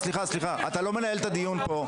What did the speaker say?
אתה לא מנהל את הדיון פה,